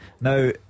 Now